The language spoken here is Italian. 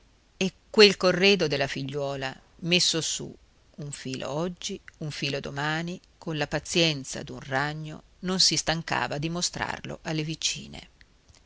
e quel corredo della figliuola messo su un filo oggi un filo domani con la pazienza d'un ragno non si stancava di mostrarlo alle vicine